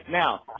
now